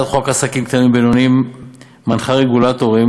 הצעת חוק עסקים קטנים ובינוניים מנחה רגולטורים